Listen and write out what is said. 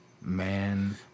man